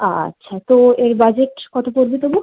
আচ্ছা তো এ বাজেট কত পড়বে তবু